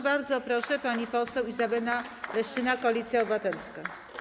Bardzo proszę, pani poseł Izabela Leszczyna, Koalicja Obywatelska.